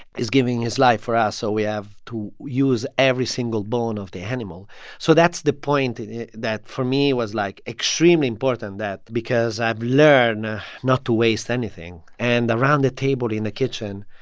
he's giving his life for us, so we have to use every single bone of the animal so that's the point that, for me, was like extremely important that because i've learned not to waste anything. and around the table in the kitchen,